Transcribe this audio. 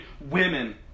women